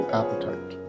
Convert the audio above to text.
appetite